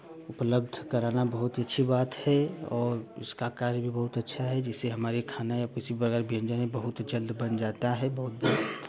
उपलब्ध कराना बहुत अच्छी बात है और उसका कार्य भी बहुत अच्छा है जिससे हमारे खाना या किसी प्रकार व्यंजन बहुत जल्द बन जाता है बहुत